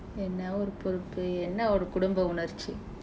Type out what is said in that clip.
என்ன ஒரு பொறுப்பு என்ன ஒரு குடும்ப உணர்ச்சி:enna oru poruppu enna oru kudumpa unarchsi